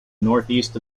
northeast